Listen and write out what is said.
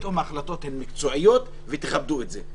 שפתאום החלטות הן מקצועיות ותכבדו את זה.